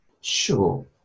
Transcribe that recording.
Sure